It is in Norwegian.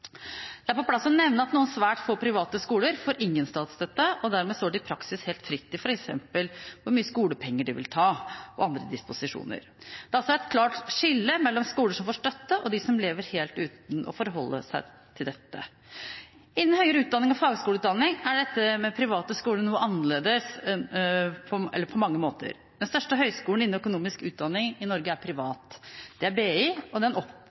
Det er på sin plass å nevne at noen svært få private skoler får ingen statsstøtte, og dermed står de i praksis helt fritt når det f.eks. gjelder hvor mye skolepenger de vil ta, og andre disposisjoner. Det er altså et klart skille mellom skoler som får støtte, og dem som lever helt uten å forholde seg til dette. Innen høyere utdanning og fagskoleutdanning er dette med private skoler på mange måter noe annerledes. Den største høyskolen innen økonomisk utdanning i Norge er privat. Det er BI, og den opplever også stadig større faglig anerkjennelse internasjonalt. BI er